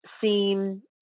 seem